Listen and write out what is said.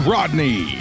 Rodney